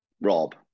Rob